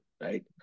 right